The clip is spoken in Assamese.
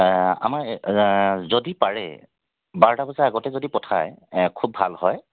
আ আমাৰ যদি পাৰে বাৰটা বজাৰ আগতে যদি পঠায় এ খুব ভাল হয়